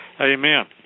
amen